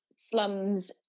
slums